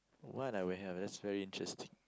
what I would have that's very interesting